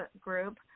group